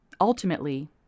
Ultimately